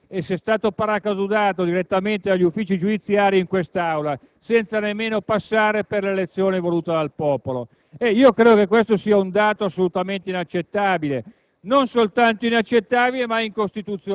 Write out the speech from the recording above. che, ripeto, anche formalmente, è stato paracadutato direttamente dagli uffici giudiziari in questa sede, senza nemmeno passare per l'elezione voluta dal popolo. Io credo che questo sia un dato assolutamente inaccettabile